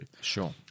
Sure